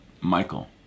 Michael